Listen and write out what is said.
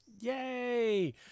Yay